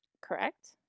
Correct